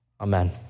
Amen